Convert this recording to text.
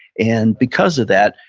and because of that,